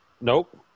nope